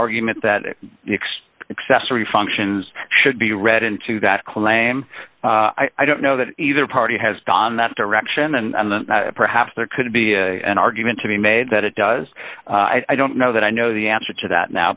argument that it next accessory functions should be read into that claim i don't know that either party has gone that direction and then perhaps there could be a an argument to be made that it does i don't know that i know the answer to that now